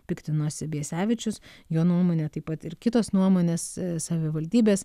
piktinosi biesevičius jo nuomone taip pat ir kitos nuomonės savivaldybės